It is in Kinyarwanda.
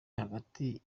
hagati